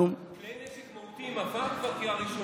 אנחנו, כלי נשק מהותיים, עבר כבר קריאה ראשונה,